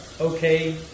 okay